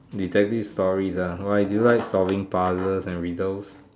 detective stories ah why do you like solving puzzles and riddles